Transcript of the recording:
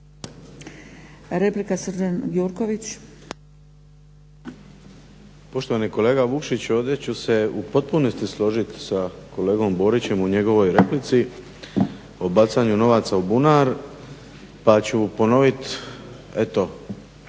Srđan (HNS)** Poštovani kolega Vukšić, ovdje ću se u potpunosti složiti sa kolegom Borićem u njegovoj replici, o bacanju novaca u bunar, pa ću ponovit eto